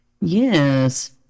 Yes